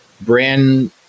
brand